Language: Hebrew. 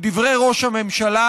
את דברי ראש הממשלה,